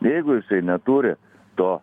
jeigu jisai neturi to